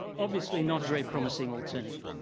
obviously not a very promising alternative.